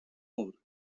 more